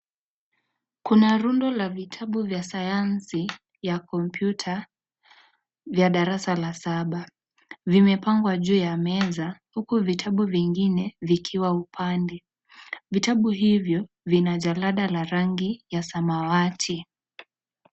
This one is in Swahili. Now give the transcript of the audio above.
Kuna rundo la vitabu vya sayansi ya kompyuta vya darasa la saba, vimepangwa juu ya meza, huku vitabu vingine vikiwa upande. Vitabu hivyo vina jalada la rangi ya samawati.